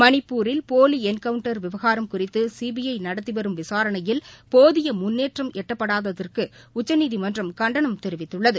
மணிப்பூரில் போலிஎன்கவுண்டர் விவாகாரம் குறித்துசிபிறுநடத்திவரும் விசாரணையில் போதியமுன்னேற்றம் எட்டப்படாததற்குஉச்சநீதிமன்றம் கண்டனம் தெரிவித்துள்ளது